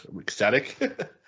ecstatic